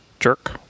Jerk